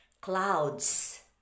Clouds